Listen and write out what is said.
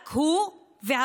רק הוא והפקידים.